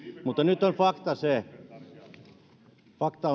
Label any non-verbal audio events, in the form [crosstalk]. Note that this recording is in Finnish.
mutta nyt on fakta [unintelligible]